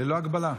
ללא הגבלה.